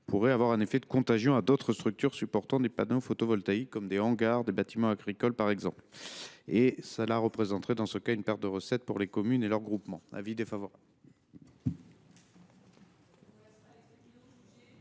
pourrait avoir un effet de contagion à d’autres structures supportant des panneaux photovoltaïques, comme les hangars ou les bâtiments agricoles par exemple. Cela représentait une perte de recettes pour les communes et leurs groupements. Pour ces raisons,